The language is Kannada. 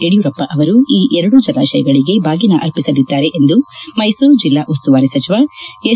ಯಡಿಯೂರಪ್ಪ ಅವರು ಈ ಎರಡೂ ಜಲಾಶಯಗಳಿಗೆ ಬಾಗೀನ ಅರ್ಪಿಸಲಿದ್ದಾರೆ ಎಂದು ಮೈಸೂರು ಜಿಲ್ಲಾ ಉಸ್ತುವಾರಿ ಸಚಿವ ಎಸ್